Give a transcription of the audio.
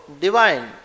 divine